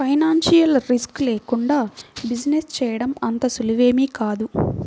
financial risk లేకుండా business చేయడం అంత సులువేమీ కాదు